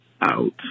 out